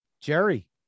Jerry